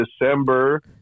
December